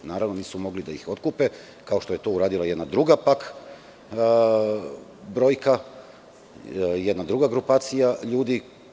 Naravno, nisu mogli da ih otkupe, kao što je to uradila jedna druga brojka, jedna druga grupacija ljudi.